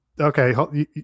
Okay